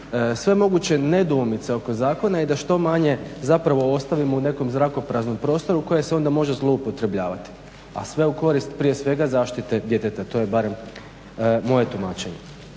sve moguće nedoumice oko zakona i da što manje zapravo ostavimo u nekom zrakopraznom prostoru koje se onda može zloupotrebljavati a sve u korist prije svega zaštite djeteta. To je barem moje tumačenje.